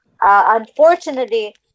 Unfortunately